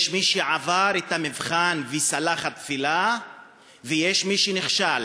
יש מי שעבר את המבחן וצלח את הטבילה ויש מי שנכשל